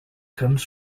comes